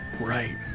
right